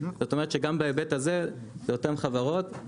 זאת אומרת שגם בהיבט הזה זה אותן חברות.